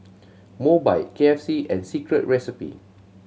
Mobike K F C and Secret Recipe